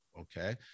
okay